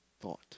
thought